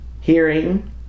Hearing